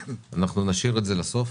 נשאיר את זה לסוף